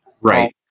Right